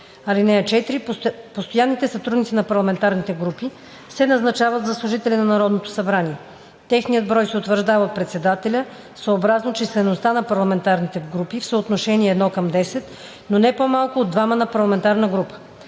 им. (4) Постоянните сътрудници на парламентарните групи се назначават за служители на Народното събрание. Техният брой се утвърждава от председателя, съобразно числеността на парламентарните групи, в съотношение 1:10, но не по-малко от двама на парламентарна група.